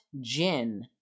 gin